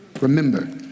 Remember